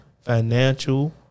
Financial